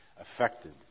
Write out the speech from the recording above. affected